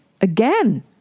again